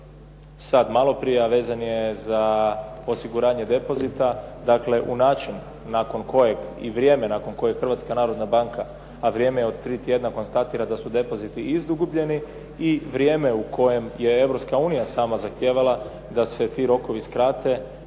sad maloprije, a vezan je za osiguranje depozita. Dakle u način nakon kojeg i vrijeme nakon kojeg Hrvatska narodna banka, a vrijeme od tri tjedna konstatira da su depoziti izgubljeni i vrijeme u kojem je Europska unija sama zahtijevala da se ti rokovi skrate